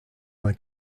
vingt